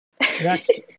Next